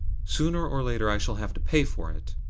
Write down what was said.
sooner or later i shall have to pay for it.